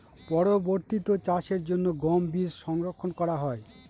পরবর্তিতে চাষের জন্য গম বীজ সংরক্ষন করা হয়?